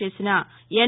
చేసిన ఎన్